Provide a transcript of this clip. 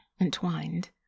entwined